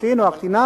הקטין או הקטינה,